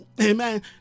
amen